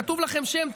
כתוב לכם שם,